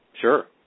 Sure